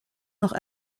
noch